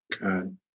good